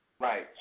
Right